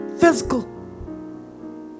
physical